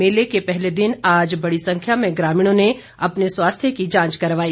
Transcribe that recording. मेले के पहले दिन आज बड़ी संख्या में ग्रामीणों ने अपने स्वास्थ्य की जांच करवाई